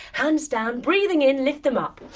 hands down, breathing in, lift them up,